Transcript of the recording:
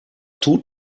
tut